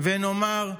ונאמר אמן".